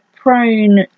prone